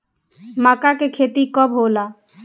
माका के खेती कब होला?